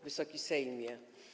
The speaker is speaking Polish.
Wysoki Sejmie!